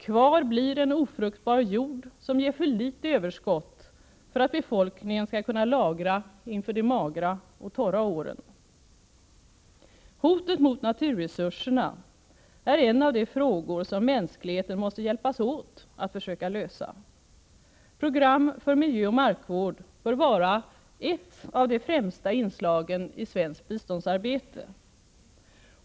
Kvar blir en ofruktbar jord som ger för litet överskott för att befolkningen skall kunna lagra inför de magra och torra åren. Hotet mot naturresurserna är en av de frågor som mänskligheten måste hjälpas åt att försöka lösa. Program för miljöoch markvård bör vara ett av de främsta inslagen i svenskt biståndsarbete.